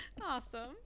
Awesome